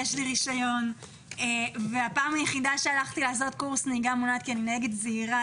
הפעם היחידה שהלכתי לעשות קורס נהיגה מונעת כי אני נהגת זהירה,